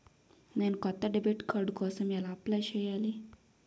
నేను కొత్త debit card కోసం ఎలా అప్లయ్ చేయాలి?